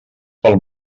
pel